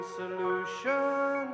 solution